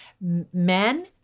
Men